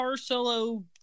solo